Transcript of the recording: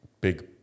big